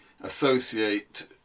associate